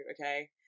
Okay